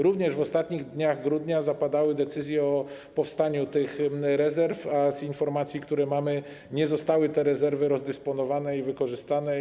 Również w ostatnich dniach grudnia zapadały decyzje o powstaniu tych rezerw, a z informacji, które mamy, wynika, że nie zostały one rozdysponowane i wykorzystane.